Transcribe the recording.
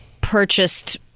purchased-